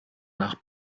nach